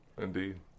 Indeed